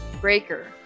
Breaker